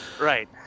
Right